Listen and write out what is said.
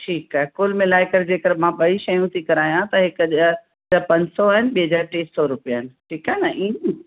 ठीकु आहे कुल मिलाइ करे जेकरि मां ॿई शयूं थी करायां त हिकु जा त पंज सौ आहिनि ॿिए जा टे सौ रुपिया आहिनि ठीकु आहे न ईअं न